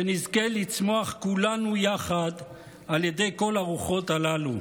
שנזכה לצמוח כולנו יחד על ידי כל הרוחות הללו.